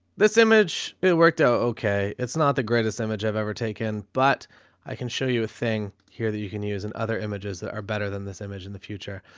this image, it worked out okay. it's not the greatest image i've ever taken, but i can show you a thing here that you can use and other images that are better than this image in the future.